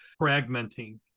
fragmenting